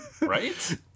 Right